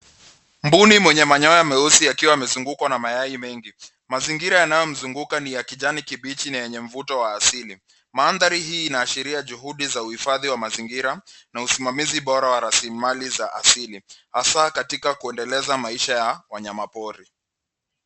Mbuni mwenye manyoya meusi akiwa amezungukwa na mayai mengi. Mazingira yanayomzunguka ni ya kijani kibichi na yenye mvuto wa asili. Mandhari hii inaashiria juhudi za uhifadhi wa mazingira na usimamizi bora wa rasilimali za asili, hasa katika kuendeleza maisha ya wanyama pori.